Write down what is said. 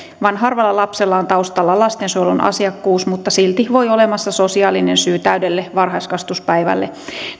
vain harvalla lapsella on taustalla lastensuojelun asiakkuus mutta silti voi olla olemassa sosiaalinen syy täydelle varhaiskasvatuspäivälle